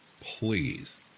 Please